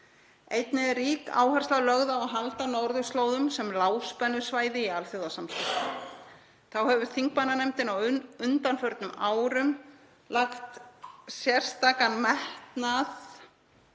Einnig er rík áhersla lögð á að halda norðurslóðum sem lágspennusvæði í alþjóðasamskiptum. Þá hefur þingmannanefndin á undanförnum árum lagt sérstakan metnað